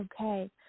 Okay